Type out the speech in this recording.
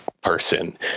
person